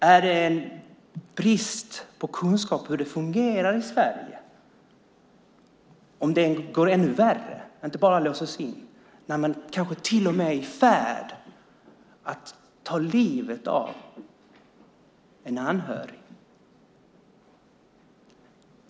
Är det en brist på kunskap om hur det fungerar i Sverige om det går än värre, att man inte bara låser in utan till och med är i färd att ta livet av en anhörig?